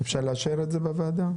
אפשר לאשר את זה בוועדה?